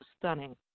stunning